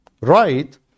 right